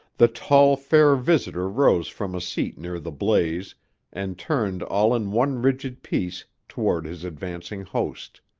the tall, fair visitor rose from a seat near the blaze and turned all in one rigid piece toward his advancing host.